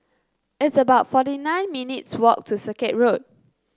it's about forty nine minutes' walk to Circuit Road